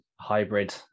hybrid